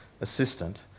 assistant